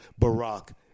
Barack